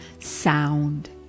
sound